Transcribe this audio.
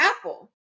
Apple